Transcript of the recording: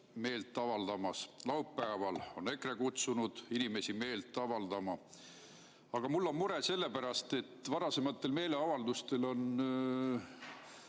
meelt avaldamas. Laupäeval on EKRE kutsunud inimesi meelt avaldama. Aga mul on mure selle pärast, et varasematel meeleavaldustel on